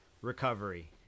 recovery